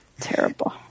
Terrible